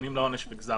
לאחר